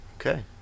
Okay